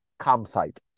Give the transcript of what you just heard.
campsite